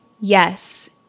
yes